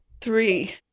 Three